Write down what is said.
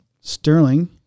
Sterling